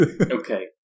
Okay